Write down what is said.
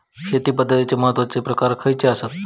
शेती पद्धतीचे महत्वाचे प्रकार खयचे आसत?